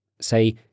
Say